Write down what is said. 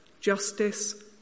justice